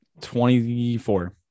24